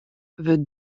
wurdt